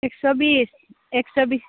एकस' बिस एकस' बिस